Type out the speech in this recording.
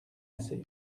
assez